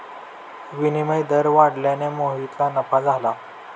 विनिमय दर वाढल्याने मोहितला नफा झाला